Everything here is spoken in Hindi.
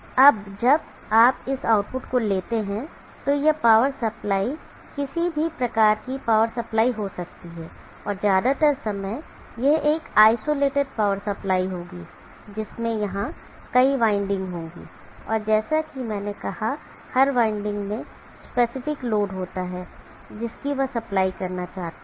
अब जब आप इस आउटपुट को लेते हैं तो यह पावर सप्लाई किसी भी प्रकार की पावर सप्लाई हो सकती है और ज्यादातर समय यह एक आइसोलेटेड पावर सप्लाई होगी जिसमें यहां कई वाइंडिंग होंगे और जैसा कि मैंने कहा हर वाइंडिंग में स्पेसिफिक लोड होता है जिसकी आप सप्लाई करना चाहते हैं